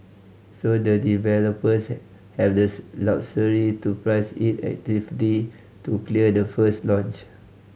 so the developers have the luxury to price it actively to clear the first launch